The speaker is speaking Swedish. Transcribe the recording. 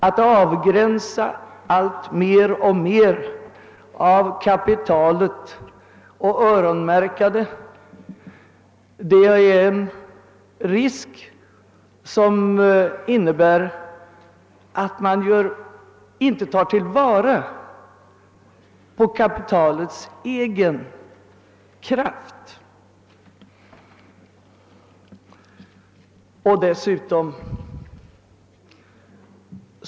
Att avgränsa allt mer och mer av kapitalet och >öronmärka» det innebär en risk att man inte tillvaratar kapitalets egen kraft.